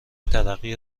ترقی